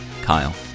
Kyle